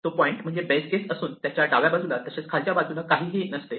तो पॉईंट म्हणजे base case असून त्याच्या डाव्या बाजूला तसेच खालच्या बाजूला काहीही नसते